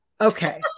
Okay